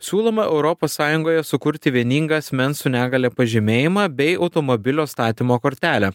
siūloma europos sąjungoje sukurti vieningą asmens su negalia pažymėjimą bei automobilio statymo kortelę